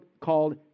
called